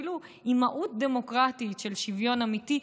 אפילו עם מהות דמוקרטית של שוויון אמיתי.